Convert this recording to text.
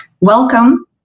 Welcome